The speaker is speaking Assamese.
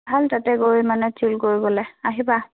ভাল তাতে গৈ মানে চি্ল কৰিবলৈ আহিবা